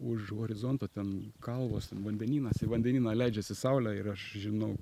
už horizonto ten kalvos ten vandenynas į vandenyną leidžiasi saulė ir aš žinau